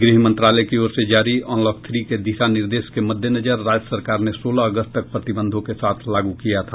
गृह मंत्रलाय की ओर से जारी अनलॉक थ्री के दिशा निर्देशों के मद्दे नजर राज्य सरकार ने सोलह अगस्त तक प्रतिबंधों के साथ लागू किया था